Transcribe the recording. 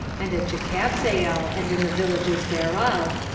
and at jekabzeel, and in the villages thereof,